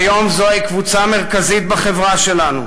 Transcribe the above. כיום זוהי קבוצה מרכזית בחברה שלנו,